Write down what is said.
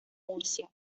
murcia